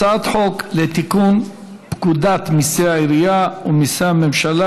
הצעת חוק לתיקון פקודת מיסי העירייה ומיסי הממשלה